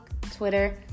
Twitter